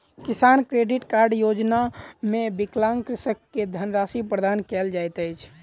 किसान credit card योजना मे विकलांग कृषक के धनराशि प्रदान कयल जाइत अछि